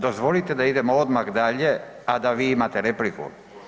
Dozvolite da idemo odmah dalje a da vi imate repliku.